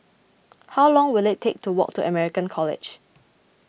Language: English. how long will it take to walk to American College